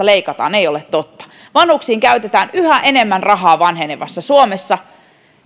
leikataan ei ole totta vanhuksiin käytetään yhä enemmän rahaa vanhenevassa suomessa